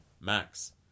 Max